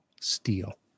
steel